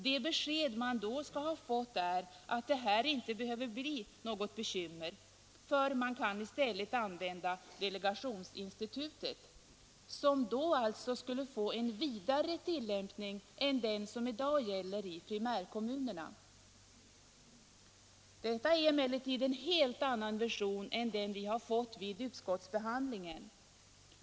Det besked man då skall ha fått är att det här inte behöver bli något bekymmer, för man kan i stället använda delegationsinstitutet, som då alltså skulle få en vidare tillämpning än den som i dag gäller i primärkommunerna. Detta är emellertid en helt annan version än den vi har fått vid utskottsbehandlingen.